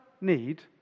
need